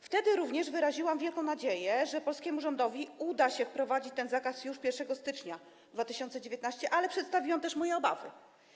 Wtedy również wyraziłam wielką nadzieję, że polskiemu rządowi uda się wprowadzić ten zakaz już 1 stycznia 2019 r., ale przedstawiłam też moje obawy.